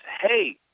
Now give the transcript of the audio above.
hey